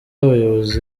abayobozi